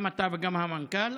גם אתה וגם המנכ"ל,